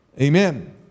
Amen